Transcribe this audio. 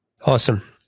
Awesome